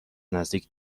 نزدیک